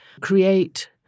create